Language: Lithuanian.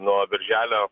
nuo birželio